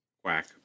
Quack